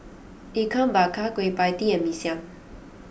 Ikan Bakar Kueh Pie Tee and Mee Siam